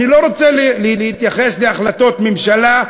אני לא רוצה להתייחס להחלטות הממשלה,